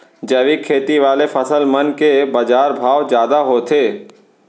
जैविक खेती वाले फसल मन के बाजार भाव जादा होथे